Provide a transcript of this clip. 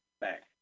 back